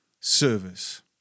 service